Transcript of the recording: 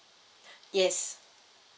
yes